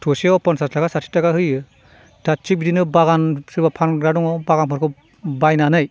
थ'सेयाव पन्सास ताका साथि ताका होयो दा थिक बिदिनो बागान सोरबा फानग्रा दङ बागानफोरखौ बायनानै